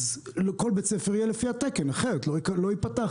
כל בית ספר יהיה לפי התקן אחרת לא ייפתח.